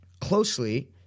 closely